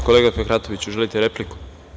Kolega Fehratoviću, želite repliku?